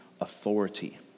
authority